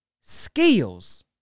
skills